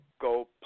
go